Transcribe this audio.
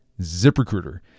ZipRecruiter